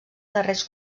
darrers